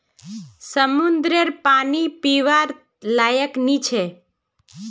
समंद्ररेर पानी पीवार लयाक नी छे